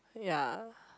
yeah